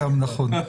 נכון.